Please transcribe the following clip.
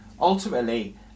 ultimately